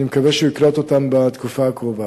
ואני מקווה שהוא יקלוט אותם בתקופה הקרובה.